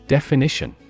Definition